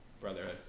Brotherhood